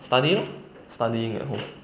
study lor studying at home